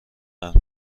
قند